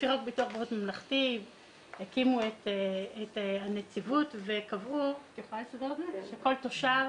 לפי חוק ביטוח בריאות ממלכתי הקימו את הנציבות וקבעו שכל תושב